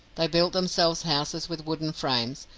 they built themselves houses with wooden frames,